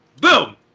Boom